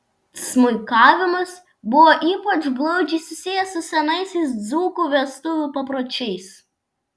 smuikavimas buvo ypač glaudžiai susijęs su senaisiais dzūkų vestuvių papročiais